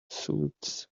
soothes